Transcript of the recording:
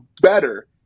better